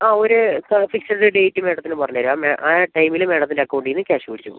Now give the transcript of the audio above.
ആ ഒരു ഫ ഫിക്സഡ് ഡേറ്റ് മാഡത്തിന് പറഞ്ഞുതരാം ആ ടൈമിൽ മാഡത്തിൻ്റെ അക്കൗണ്ടിൽ നിന്ന് ക്യാഷ് പിടിച്ച് പോവും